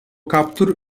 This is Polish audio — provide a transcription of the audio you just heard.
kaptur